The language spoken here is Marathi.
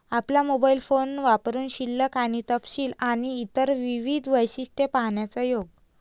आपला मोबाइल फोन वापरुन शिल्लक आणि तपशील आणि इतर विविध वैशिष्ट्ये पाहण्याचा योग